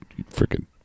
freaking